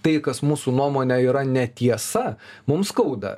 tai kas mūsų nuomone yra netiesa mums skauda